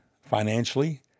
Financially